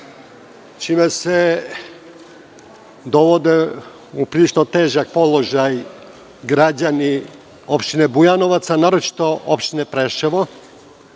čime se dovode u prilično težak položaj građani opštine Bujanovac, a naročito opštine Preševo. Ovim